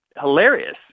hilarious